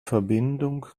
verbindung